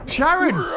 Sharon